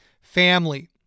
family